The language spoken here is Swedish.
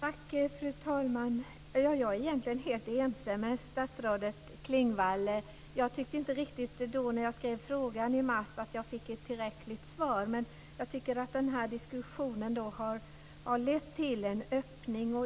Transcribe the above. Fru talman! Jag är egentligen helt ense med statsrådet Klingvall. Jag tyckte inte riktigt att jag fick ett svar som var tillräckligt när jag skrev frågan i mars, men jag tycker att denna diskussion har lett till en öppning.